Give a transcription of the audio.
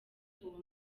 ubumwe